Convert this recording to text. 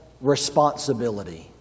responsibility